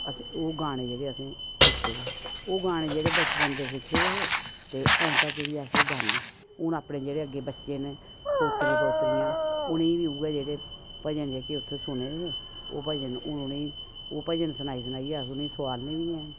ओह् गाने जेह्ड़े असें सिक्खे दे हे ओह् गाने जेह्ड़े बचपन दे सिक्खे दे हे ते अजें तक्क बी अस ओह् गान्ने हून अपने जेह्ड़े अग्गे बच्चे न पोत्तरे पोत्तरियां न उ'नेंगी बी उ'ऐ जेह्ड़े भजन जेह्के सुने दे हे ओह् भजन हून उ'नेंगी ओह् भजन सनाई सनाइयै अस उ'नेंगी सोआलने बी ऐं